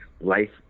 life